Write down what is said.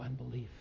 unbelief